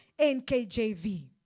NKJV